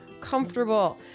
comfortable